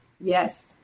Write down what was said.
Yes